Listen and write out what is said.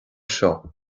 seo